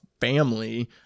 family